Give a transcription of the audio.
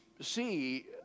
see